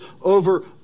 over